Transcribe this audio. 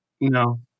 No